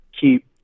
keep